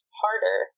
harder